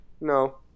no